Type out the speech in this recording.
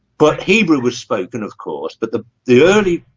but hebrew was spoken of course, but the the early